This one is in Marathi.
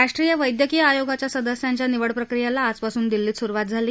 राष्ट्रीय वद्यक्कीय आयोगाच्या सदस्यांच्या निवड प्रक्रियेला आजपासून नवी दिल्लीत सुरुवात झाली